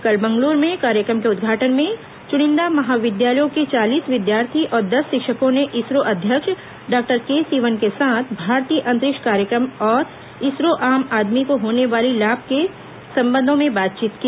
कल बंग्लूरू में कार्यक्रम के उद्घाटन में चुनिन्दा विद्यालयों के चालीस विद्यार्थी और दस शिक्षकों ने इसरो अध्यक्ष डॉक्टर के सिवन के साथ भारतीय अंतरिक्ष कार्यक्रम और इससे आम आदमी को होने वाले लाभ के संबंधों में बातचीत की